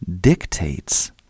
dictates